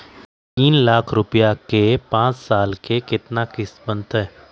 तीन लाख रुपया के पाँच साल के केतना किस्त बनतै?